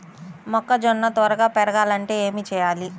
మొక్కజోన్న త్వరగా పెరగాలంటే ఏమి చెయ్యాలి?